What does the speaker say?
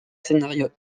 scénario